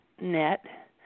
net